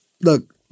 look